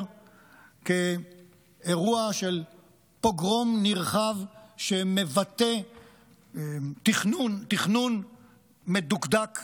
כאירוע של פוגרום נרחב שמבטא תכנון מדוקדק